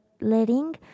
letting